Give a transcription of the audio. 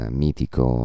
mitico